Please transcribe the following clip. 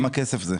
כמה כסף זה?